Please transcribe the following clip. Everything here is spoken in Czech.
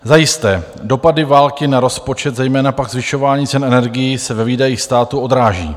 Zajisté, dopady války na rozpočet, zejména pak zvyšování cen energií, se ve výdajích státu odráží.